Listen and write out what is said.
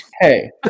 Hey